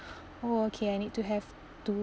oh okay I need to have to